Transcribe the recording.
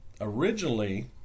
originally